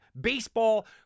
baseball